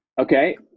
Okay